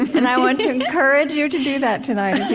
and i want to encourage you to do that tonight